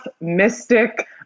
mystic